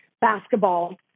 basketball